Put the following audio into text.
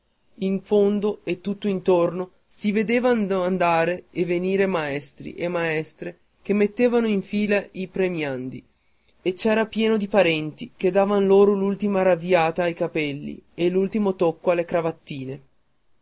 in fondo e tutto intorno si vedevano andare e venire maestri e maestre che mettevano in fila i premiati e c'era pieno di parenti che davan loro l'ultima ravviata ai capelli e l'ultimo tocco alle cravattine